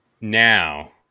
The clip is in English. Now